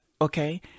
Okay